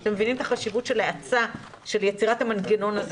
שאתם מבינים את החשיבות של האצה ביצירת המנגנון הזה